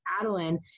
Adeline